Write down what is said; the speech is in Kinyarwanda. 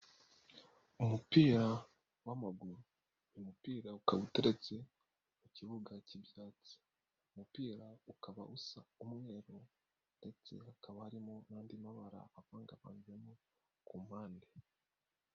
Umupira w'amaguru, uyu mupira ukaba uteretse mu kibuga cy'ibyatsi, umupira ukaba usa umweru ndetse hakaba harimo n'andi mabara avangavanzemo ku mpande.